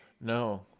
No